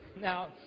Now